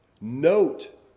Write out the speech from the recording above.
note